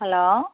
hello